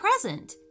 present